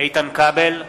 איתן כבל,